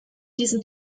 diesen